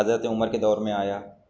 حضرت عمر کے دور میں آیا